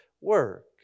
work